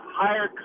higher